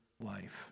life